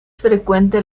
frecuente